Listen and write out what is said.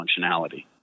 functionality